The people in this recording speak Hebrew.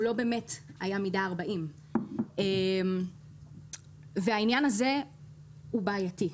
לא באמת היה מידה 40. העניין הזה הוא בעייתי.